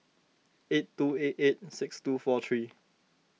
eight two eight eight six two four three